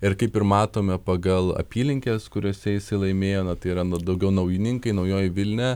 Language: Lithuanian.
ir kaip ir matome pagal apylinkes kuriose jisai laimėjo na tai yra daugiau naujininkai naujoji vilnia